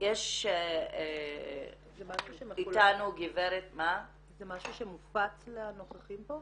יש איתנו גברת --- זה משהו שמופץ לנוכחים פה?